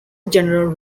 general